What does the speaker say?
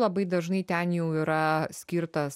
labai dažnai ten jau yra skirtas